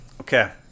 Okay